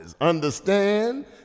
understand